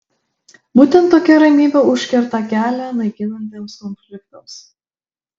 būtent tokia ramybė užkerta kelią naikinantiems konfliktams